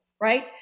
right